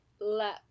let